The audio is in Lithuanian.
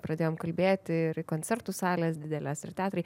pradėjom kalbėti ir koncertų salės didelės ir teatrai